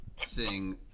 sing